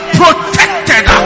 protected